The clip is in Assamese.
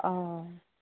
অঁ